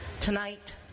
tonight